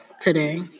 today